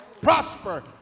prosper